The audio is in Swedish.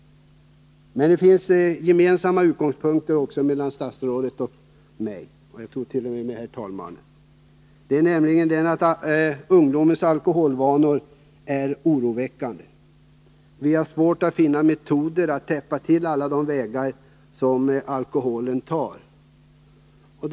Det finns gemensamma utgångspunkter för statsrådet och mig, och jag tror att det även gäller herr tredje vice talmannen. Ungdomens alkoholvanor är oroväckande. Vi har svårt att finna metoder för att stänga alla de vägar som alkoholen söker sig fram på.